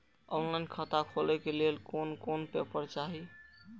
Online खाता खोले के लेल कोन कोन पेपर चाही?